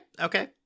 okay